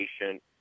patient